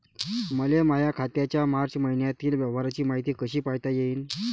मले माया खात्याच्या मार्च मईन्यातील व्यवहाराची मायती कशी पायता येईन?